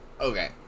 okay